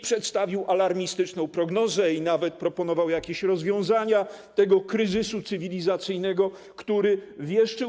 Przedstawił alarmistyczną prognozę i nawet proponował jakieś rozwiązania tego kryzysu cywilizacyjnego, który wieszczył.